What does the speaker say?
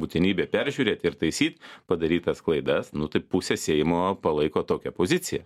būtinybę peržiūrėt ir taisyt padarytas klaidas nu tai pusė seimo palaiko tokią poziciją